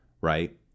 right